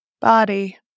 body